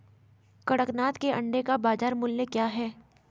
कड़कनाथ के अंडे का बाज़ार मूल्य क्या है?